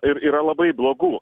ir yra labai blogų